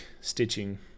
stitching